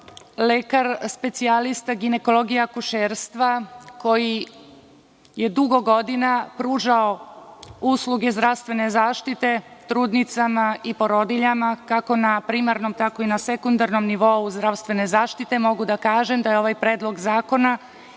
lekar specijalista ginekologije i akušerstva koji je dugo godina pružao usluge zdravstvene zaštite trudnicama i porodiljama, kako na primarnom, tako i na sekundarnom nivou zdravstvene zaštite, mogu da kažem da je ovaj predlog zakona